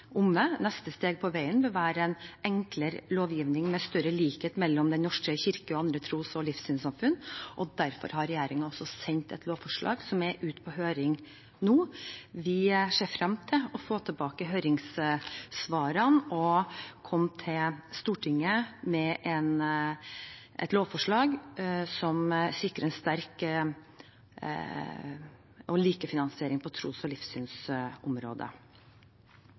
omme. Neste steg på veien bør være en enklere lovgivning med større likhet mellom Den norske kirke og andre tros- og livssynssamfunn. Derfor har regjeringen også sendt et lovforslag ut på høring nå. Vi ser frem til å få tilbake høringssvarene og komme til Stortinget med et lovforslag som sikrer en sterk finansiering og en likefinansiering på tros- og